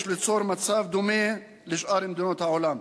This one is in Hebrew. יש ליצור מצב דומה לשאר מדינות העולם,